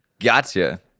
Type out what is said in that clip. gotcha